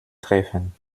treffen